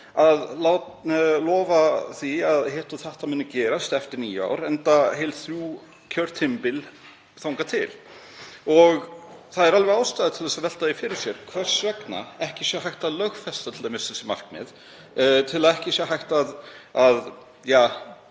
að lofa því að hitt og þetta muni gerast eftir níu ár, enda heil þrjú kjörtímabil þangað til. Það er ástæða til að velta því fyrir sér hvers vegna ekki er hægt að lögfesta þessi markmið til að ekki sé hægt að